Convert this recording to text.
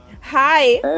hi